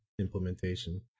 implementation